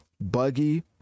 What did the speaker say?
buggy